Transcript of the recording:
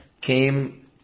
came